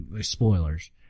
Spoilers